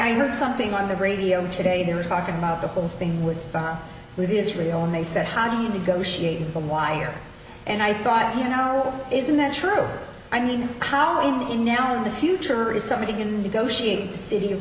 heard something on the radio today they were talking about the whole thing with with israel and they said how do you negotiate the wire and i thought you know isn't that true i mean how in the now in the future is somebody can negotiate city of